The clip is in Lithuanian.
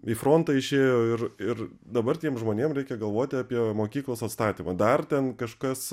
į frontą išėjo ir ir dabar tiem žmonėm reikia galvoti apie mokyklos atstatymą dar ten kažkas